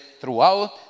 throughout